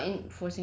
then will be like